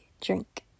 drink